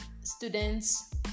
students